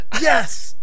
Yes